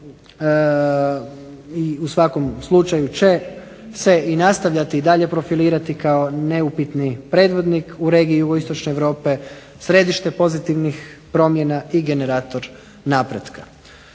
i u svakom slučaju će se nastaviti i dalje profilirati kao neupitni preglednih u regiji jugoistočne Europe, središte pozitivnim promjena i generator napretka.